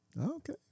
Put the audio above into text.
Okay